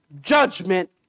judgment